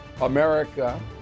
America